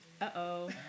Uh-oh